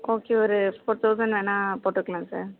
okay ஒரு four thousand வேணுனா போட்டுக்கலாம் சார்